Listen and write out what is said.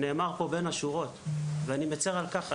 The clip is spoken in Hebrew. נאמר פה בין השורות ואני מצר על כך,